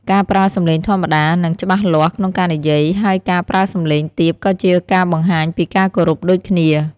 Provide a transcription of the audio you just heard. ការប្រើសំឡេងធម្មតា និង ច្បាស់លាស់ក្នុងការនិយាយ ហើយការប្រើសំឡេងទាបក៏ជាការបង្ហាញពីការគោរពដូចគ្នា។